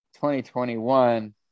2021